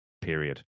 Period